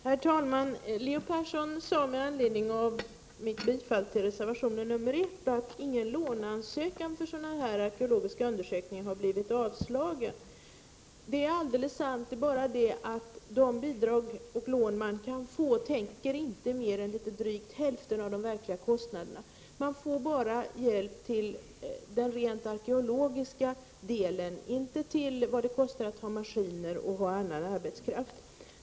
Herr talman! Leo Persson sade med anledning av mitt yrkande om bifall till reservation nr I att ingen låneansökan för sådana här arkeologiska undersökningar har blivit avslagen. Det är alldeles sant, men de bidrag och lån man kan få täcker inte mer än litet drygt hälften av de verkliga kostnaderna. Man får bara hjälp till det rent arkeologiska arbetet och inte till kostnader för maskiner och annan arbetskraft.